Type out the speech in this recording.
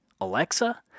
Alexa